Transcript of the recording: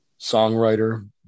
songwriter